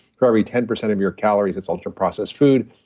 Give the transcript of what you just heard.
for every ten percent of your calories, it's ultra-processed food.